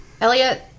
Elliot